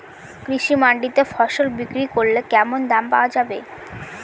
কৃষি মান্ডিতে ফসল বিক্রি করলে কেমন দাম পাওয়া যাবে?